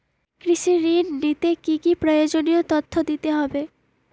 কৃষি ঋণ নিতে কি কি প্রয়োজনীয় তথ্য দিতে হবে?